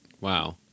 Wow